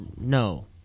No